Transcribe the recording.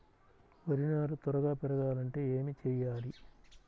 వరి నారు త్వరగా పెరగాలంటే ఏమి చెయ్యాలి?